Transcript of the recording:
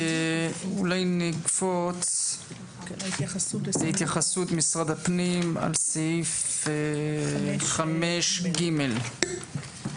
נעבור להתייחסות משרד הפנים לסעיף 5(ג).